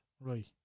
right